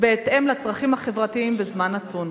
בהתאם לצרכים החברתיים בזמן נתון.